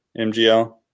MGL